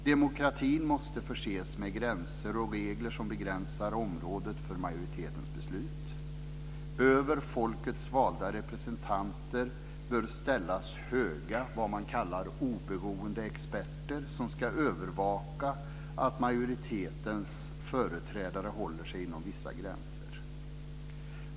Demokratin måste förses med gränser och regler som begränsar området för majoritetens beslut. Över folkets valda representanter bör ställas höga vad man kallar oberoende experter, som ska övervaka att majoritetens företrädare håller sig inom vissa gränser.